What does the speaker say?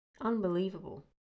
unbelievable